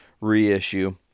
reissue